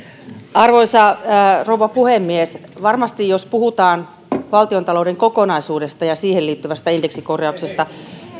arvoisa rouva puhemies varmasti jos puhutaan valtiontalouden kokonaisuudesta ja siihen liittyvästä indeksikorjauksesta